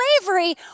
slavery